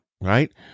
right